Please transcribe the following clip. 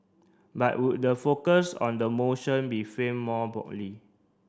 but would the focus on the motion be framed more broadly